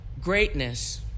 greatness